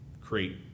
create